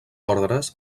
ordres